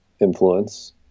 influence